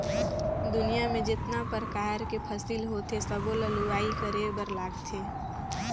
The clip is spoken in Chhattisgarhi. दुनियां में जेतना परकार के फसिल होथे सबो ल लूवाई करे बर लागथे